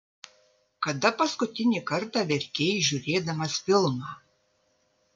kada paskutinį kartą verkei žiūrėdamas filmą